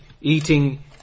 eating